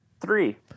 Three